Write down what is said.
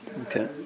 okay